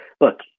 Look